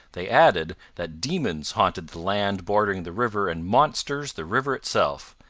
they added that demons haunted the land bordering the river and monsters the river itself,